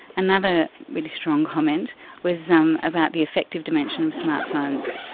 another really strong comment was um about the effective dimension of smart phones.